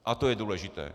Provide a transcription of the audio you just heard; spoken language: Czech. A to je důležité.